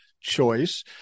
choice